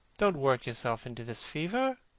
don't work yourself into this fever.